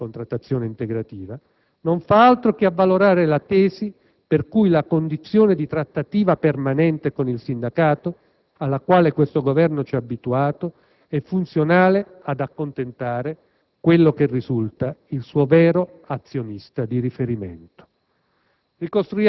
(la cosiddetta contrattazione integrativa), non fa altro che avvalorare la tesi per cui la condizione di "trattativa permanente" con il sindacato alla quale questo Governo ci ha abituato è funzionale ad accontentare quello che risulta essere il suo vero azionista di riferimento.